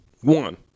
one